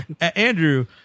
Andrew